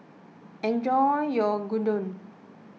enjoy your Gyudon